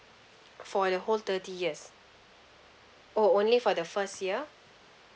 for the whole thirty years oh only for the first year